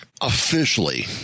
officially